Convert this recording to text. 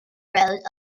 rose